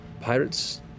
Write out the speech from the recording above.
pirates